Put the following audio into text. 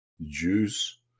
juice